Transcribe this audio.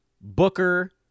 Booker